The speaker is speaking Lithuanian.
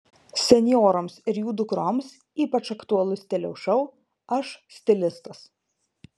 senjoroms ir jų dukroms ypač aktualus stiliaus šou aš stilistas